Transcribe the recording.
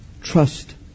trust